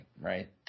right